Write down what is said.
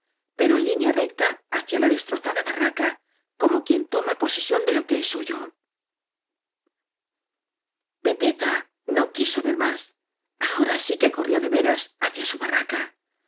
pero en línea recta hacia la destrozada barraca como quien toma posesión de lo que es suyo pepeta no quiso ver más ahora sí que co rrió de veras hacia su barraca